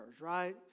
right